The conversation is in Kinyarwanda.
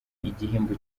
igihembo